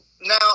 Now